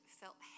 felt